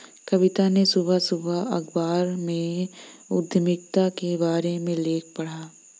कविता ने सुबह सुबह अखबार में उधमिता के बारे में लेख पढ़ा